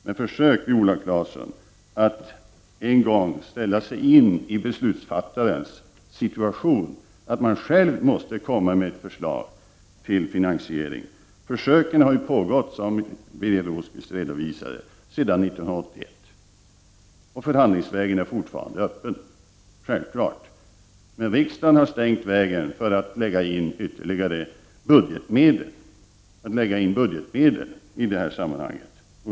Men Viola Claesson borde försöka att en gång sätta sig in i beslutsfattarens situation, att själv behöva komma med förslag till finansiering. Försöken har ju pågått sedan 1981, som Birger Rosqvist redovisade. Förhandlingsvägen är fortfarande öppen, självfallet. Men riksdagen har stängt vägen för att lägga in ytterligare budgetmedel i sammanhanget.